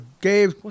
Gabe